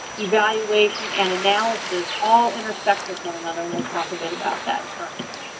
evaluation and analysis all intersect with one another. we'll talk a bit about that certainly.